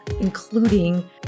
including